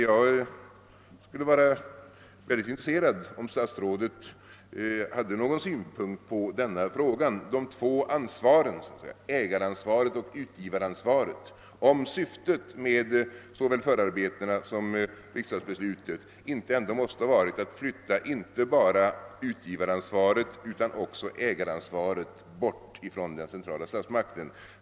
Jag skulle vara mycket intresserad om statsrådet hade någon synpunkt på denna fråga beträffande de två ansvaren, ägaransvaret och utgivaransvarct, och ta ställning till om syftet med såväl förarbetena som riksdagsbeslutet ändå inte måste ha varit att flytta inte bara utgivaransvaret utan också ägaransvaret bort från den centrala statsmakten.